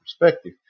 perspective